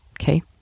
Okay